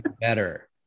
better